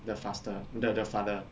the pastor the the father ah